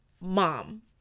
mom